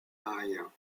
arias